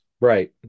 right